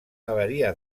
galeria